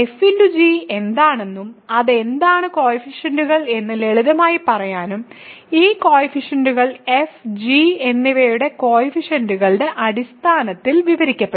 g എന്താണെന്നും അത് എന്താണ് കോയിഫിഷ്യന്റുകൾ എന്ന് ലളിതമായി പറയാനും ഈ കോയിഫിഷ്യന്റുകൾ f g എന്നിവയുടെ കോയിഫിഷ്യന്റുകളുടെ അടിസ്ഥാനത്തിൽ വിവരിക്കപ്പെടും